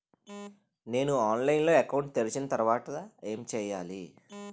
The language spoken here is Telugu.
నేను ఆన్లైన్ లో అకౌంట్ తెరిచిన తర్వాత ఏం చేయాలి?